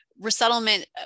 Resettlement